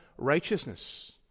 righteousness